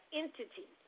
entity